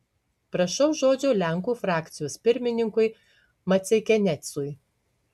prašau žodžio lenkų frakcijos pirmininkui maceikianecui